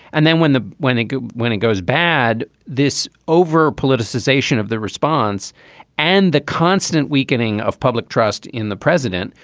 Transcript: and then when the when and when it goes bad. this over politicization of the response and the constant weakening of public trust in the president,